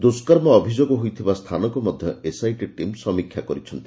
ଦୁଷ୍କର୍ମ ଅଭିଯୋଗ ହୋଇଥିବା ସ୍ତାନକୁ ମଧ୍ୟ ଏସ୍ଆଇଟି ଟିମ୍ ସମୀକ୍ଷା କରିଛନ୍ତି